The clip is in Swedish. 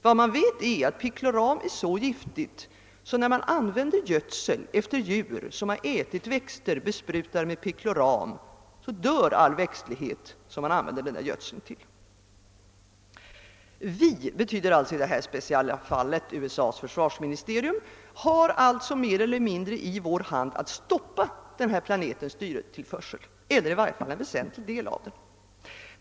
Vad man vet är att picloram är så giftigt, att när man använder gödsel efter djur som har ätit växter besprutade med picloram dör all växtlighet som man använder denna gödsel till. Vi — vilket alltså i detta speciella fall betyder USA:s försvarsministerium — har alltså mer eller mindre i vår makt att stoppa denna planets syretillförsel eller i varje fall en väsentlig del av den.